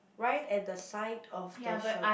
right at the side of the shop